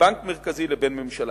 הבנק המרכזי לבין הממשלה.